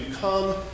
come